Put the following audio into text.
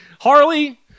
Harley